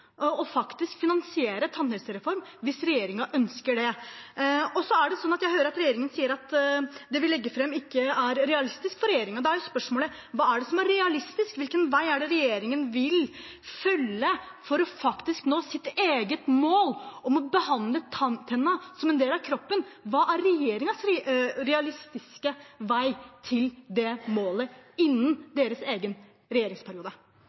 finansiere en tannhelsereform hvis regjeringen ønsker det. Så hører jeg at regjeringen sier at det vi legger fram, ikke er realistisk for regjeringen. Da er spørsmålet: Hva er det som er realistisk? Hvilken vei er det regjeringen vil følge for faktisk å nå sitt eget mål om å behandle tennene som en del av kroppen? Hva er regjeringens realistiske vei til det målet innen deres egen regjeringsperiode?